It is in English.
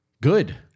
good